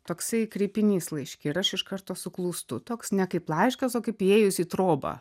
toksai kreipinys laiške ir aš iš karto suklūstu toks ne kaip laiškas o kaip įėjus į trobą